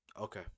Okay